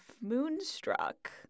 moonstruck